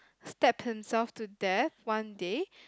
stabbed himself to death one day